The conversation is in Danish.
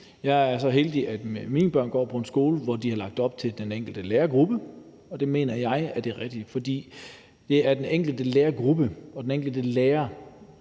Jeg er så heldig, at mine børn går på en skole, hvor de har lagt det op til den enkelte lærergruppe, og det mener jeg er det rigtige, fordi det er den enkelte lærergruppe og den enkelte lærer,